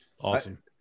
Awesome